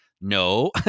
no